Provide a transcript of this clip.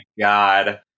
God